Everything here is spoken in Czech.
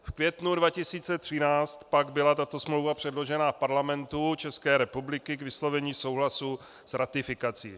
V květnu 2013 pak byla tato smlouva předložena Parlamentu České republiky k vyslovení souhlasu s ratifikací.